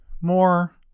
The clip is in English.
more